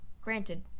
Granted